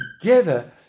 together